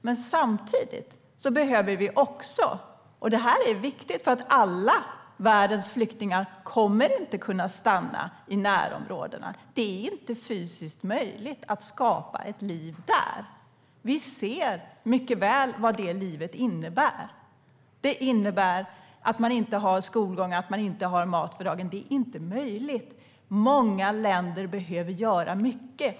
Men - det här är viktigt - alla världens flyktingar kommer inte att kunna stanna i närområdena. Det är inte fysiskt möjligt att skapa ett liv där. Vi ser mycket väl vad det livet innebär. Man har inte skolgång, inte mat för dagen. Det är inte möjligt. Många länder behöver göra mycket.